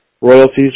royalties